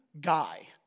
guy